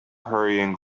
hurrying